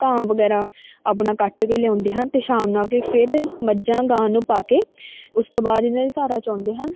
ਘਾਹ ਵਗੈਰਾ ਆਪਣਾ ਕੱਟ ਕੇ ਲਿਆਉਂਦੇ ਹਨ ਅਤੇ ਸ਼ਾਮ ਨੂੰ ਆ ਕੇ ਫਿਰ ਮੱਝਾਂ ਗਾਂ ਨੂੰ ਪਾ ਕੇ ਉਸ ਤੋਂ ਬਾਅਦ ਇਹਨਾਂ ਦੀ ਧਾਰਾਂ ਚੌਂਦੇ ਹਨ